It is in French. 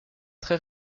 très